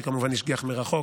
שכמובן השגיח מרחוק,